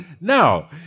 Now